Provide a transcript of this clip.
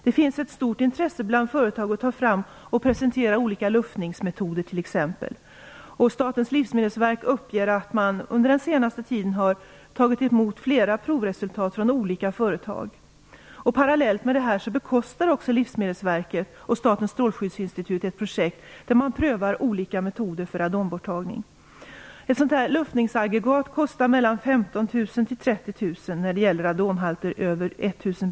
Det finns ett stort intresse bland företag för att ta fram och presentera t.ex. olika luftningsmetoder. Statens livsmedelsverk uppger att man under den senaste tiden har tagit emot flera provresultat från olika företag. Parallellt med det här bekostar också Livsmedelsverket och Statens strålskyddsinstitut ett projekt där man prövar olika metoder för radonborttagning. Ett sådant här luftningsaggregat kostar mellan 15 000 becquerel per liter vatten.